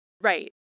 Right